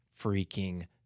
freaking